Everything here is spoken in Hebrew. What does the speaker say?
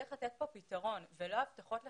וצריך לתת פה פתרון, ולא הבטחות לחקיקה.